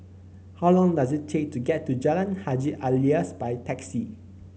how long does it take to get to Jalan Haji Alias by taxi